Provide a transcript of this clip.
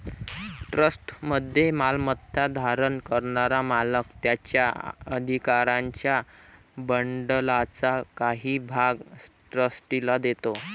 ट्रस्टमध्ये मालमत्ता धारण करणारा मालक त्याच्या अधिकारांच्या बंडलचा काही भाग ट्रस्टीला देतो